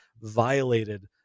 violated